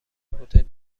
هتل